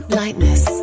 lightness